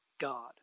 God